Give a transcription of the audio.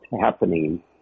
happening